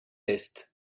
est